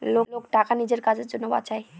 লোক টাকা নিজের কাজের জন্য বাঁচায়